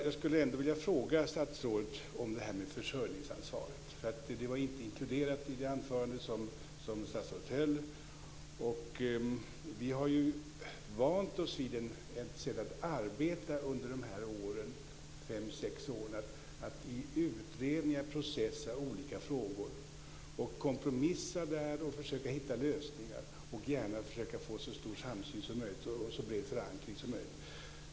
Jag skulle ändå vilja fråga statsrådet om försörjningsansvaret. Det var inte inkluderat i det anförande som statsrådet höll. Vi har under de fem sex åren vant oss vid ett sätt att arbeta genom att i utredningar processa olika frågor, kompromissa och försöka hitta lösningar, gärna finna så stor samsyn och så bred förankring som möjligt.